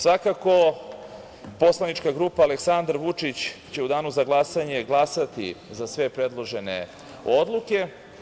Svakako, Poslanička grupa Aleksandar Vučić će u danu za glasanje glasati za sve predložene odluke.